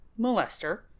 molester